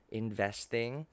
investing